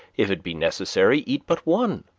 if it be necessary eat but one